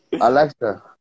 Alexa